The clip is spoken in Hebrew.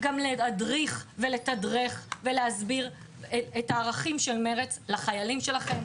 גם להדריך ולתדרך ולהסביר את הערכים של מרצ לחיילים שלכם,